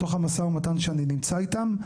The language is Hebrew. בתוך המשא ומתן שאני נמצא איתם,